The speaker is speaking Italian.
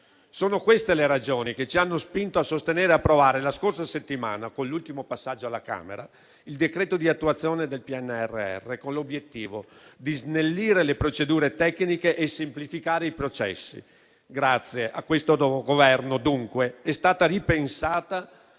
Sono queste le ragioni che ci hanno spinto a sostenere e approvare la scorsa settimana, con l'ultimo passaggio alla Camera, il decreto di attuazione del PNRR, con l'obiettivo di snellire le procedure tecniche e semplificare il processo. Grazie a questo Governo, dunque, è stata ripensata